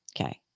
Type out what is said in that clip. okay